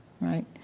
Right